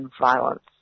violence